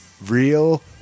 Real